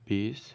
বিছ